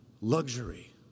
luxury